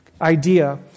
idea